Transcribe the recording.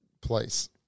place